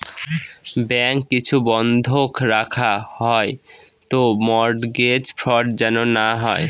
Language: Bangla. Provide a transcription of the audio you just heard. ব্যাঙ্ক কিছু বন্ধক রাখা হয় তো মর্টগেজ ফ্রড যেন না হয়